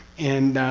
and.